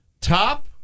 Top